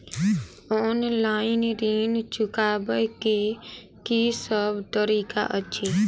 Online ऋण चुकाबै केँ की सब तरीका अछि?